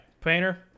painter